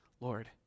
Lord